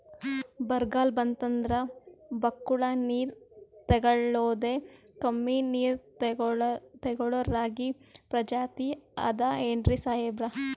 ಬರ್ಗಾಲ್ ಬಂತಂದ್ರ ಬಕ್ಕುಳ ನೀರ್ ತೆಗಳೋದೆ, ಕಮ್ಮಿ ನೀರ್ ತೆಗಳೋ ರಾಗಿ ಪ್ರಜಾತಿ ಆದ್ ಏನ್ರಿ ಸಾಹೇಬ್ರ?